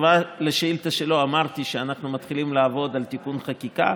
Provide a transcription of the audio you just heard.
בתשובה על השאילתה שלו אמרתי שאנחנו מתחילים לעבוד על תיקון חקיקה,